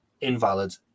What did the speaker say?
invalid